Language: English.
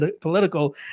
political